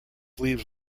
leaves